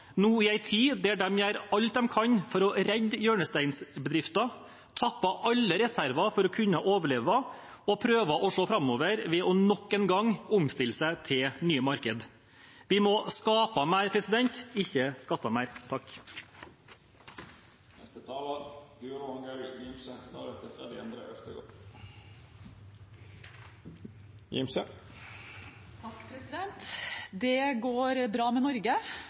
nå trenger, er økte skatter i en tid hvor de gjør alt de kan for å redde hjørnesteinsbedrifter, har tappet alle reserver for å kunne overleve, og prøver å se framover ved nok en gang å omstille seg til nye markeder. Vi må skape mer, ikke skatte mer. Det går bra med Norge, og det går bra med lokalsamfunnene i distriktene. Det